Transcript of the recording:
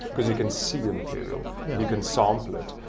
because you can see the material. yeah you can sample it.